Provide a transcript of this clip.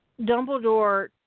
Dumbledore